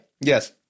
Yes